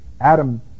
Adam